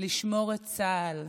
לשמור את צה"ל,